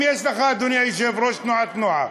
אם יש לך, אדוני היושב-ראש, תנועת נוער,